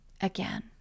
again